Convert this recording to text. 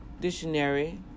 Dictionary